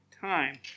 time